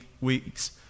weeks